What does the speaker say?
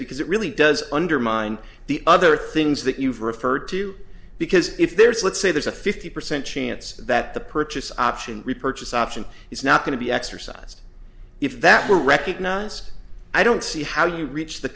because it really does undermine the other things that you've referred to because if there is let's say there's a fifty percent chance that the purchase option repurchase option is not going to be exercised if that were recognized i don't see how you reached the